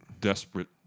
desperate